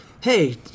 Hey